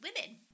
women